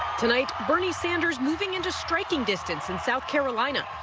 tonight, bernie sanders moving into striking distance, and south carolina,